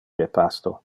repasto